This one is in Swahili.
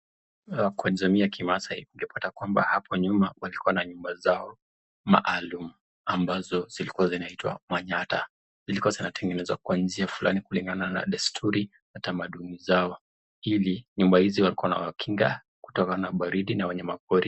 Kwa jamii ya kimasai ungepata kwamba hapo nyuma walikuwa na nyumba zao maalum ambazo zilikuwa zinaitwa manyatta, zilikuwa zinatengenezwa kwa njia fulani kulingana na desturi na tamaduni zao ,ili nyumba hizi ilikuwa inawakinga kutokana na baridi na wanyama pori.